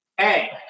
Hey